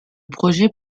projet